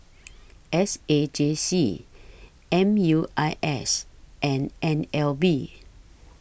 S A J C M U I S and N L B